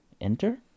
enter